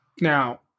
Now